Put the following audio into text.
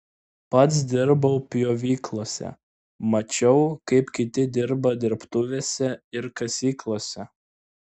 pats dirbau pjovyklose mačiau kaip kiti dirba dirbtuvėse ir kasyklose